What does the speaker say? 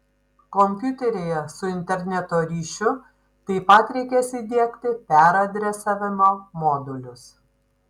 kompiuteryje su interneto ryšiu taip pat reikės įdiegti peradresavimo modulius